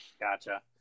Gotcha